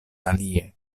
alie